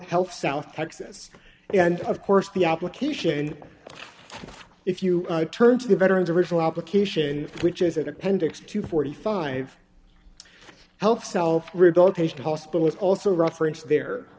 health south texas and of course the application if you turn to the veteran's original application which is it appendix to forty five health self rehabilitation hospital is also referenced there